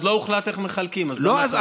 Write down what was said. עוד לא הוחלט איך מחלקים, אז למה אתה אומר?